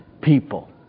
people